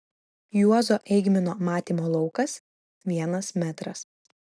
juozo eigmino matymo laukas vienas metras